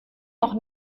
noch